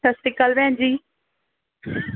ਸਤਿ ਸ਼੍ਰੀ ਅਕਾਲ ਭੈਣ ਜੀ